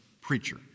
preacher